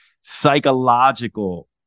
psychological